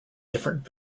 different